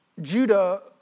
Judah